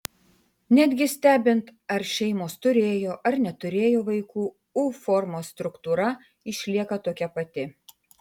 netgi stebint ar šeimos turėjo ar neturėjo vaikų u formos struktūra išlieka tokia pati